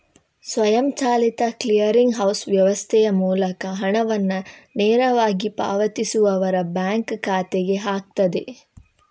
ಸ್ವಯಂಚಾಲಿತ clearing house ವ್ಯವಸ್ಥೆಯ ಮೂಲಕ ಹಣವನ್ನ ನೇರವಾಗಿ ಪಾವತಿಸುವವರ ಬ್ಯಾಂಕ್ ಖಾತೆಗೆ ಹಾಕ್ತದೆ